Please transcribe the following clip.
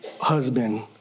husband